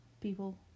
people